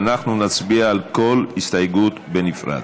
ואנחנו נצביע על כל הסתייגות בנפרד.